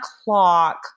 o'clock